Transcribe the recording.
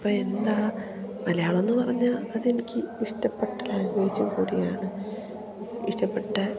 അപ്പം എന്താണ് മലയാളം എന്നു പറഞ്ഞാൽ അത് എനിക്ക് ഇഷ്ടപ്പെട്ട ലാംഗ്വേജ് കൂടിയാണ് ഇഷ്ടപ്പെട്ട